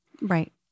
Right